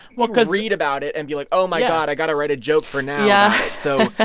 well, cause. read about it and be like, oh, my god. i got to write a joke for now yeah so. ah